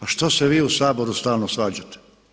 A što se vi u Saboru stalno svađate?